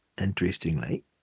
interestingly